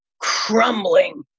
crumbling